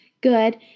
good